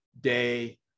day